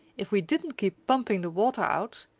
if we didn't keep pumping the water out,